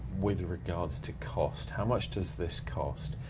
with regards to cost, how much does this cost,